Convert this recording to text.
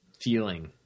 feeling